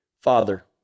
Father